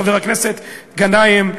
חבר הכנסת גנאים,